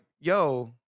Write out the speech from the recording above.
yo